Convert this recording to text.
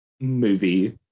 movie